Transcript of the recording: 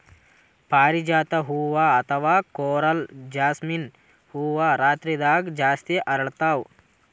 ಪಾರಿಜಾತ ಹೂವಾ ಅಥವಾ ಕೊರಲ್ ಜಾಸ್ಮಿನ್ ಹೂವಾ ರಾತ್ರಿದಾಗ್ ಜಾಸ್ತಿ ಅರಳ್ತಾವ